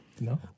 No